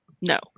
no